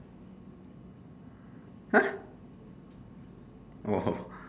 !woohoo!